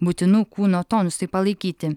būtinų kūno tonusui palaikyti